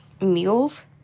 meals